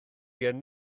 gen